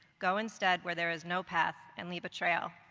go instead where there is no path and leave a trail.